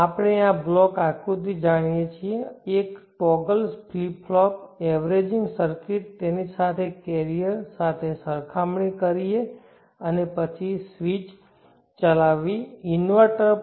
આપણે આ બ્લોક આકૃતિ જાણીએ છીએ એક toggle flip flop averaging circuit તેની સાથે કેરીઅર સાથે સરખામણી કરીએ અને પછી સ્વીચ ચલાવવી ઇન્વર્ટર પર